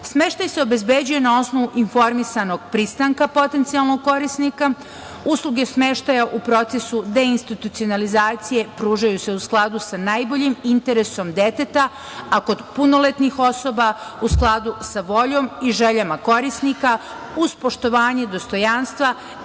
zaštite. Smeštaj se obezbeđuje na osnovu informisanog pristanka potencijalnog korisnika. Usluge smeštaja u procesu deinstitucionalizacije pružaju se u skladu sa najboljim interesom deteta, a kod punoletnih osoba u skladu sa voljom i željama korisnika uz poštovanje dostojanstva